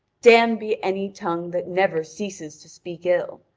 damned be any tongue that never ceases to speak ill!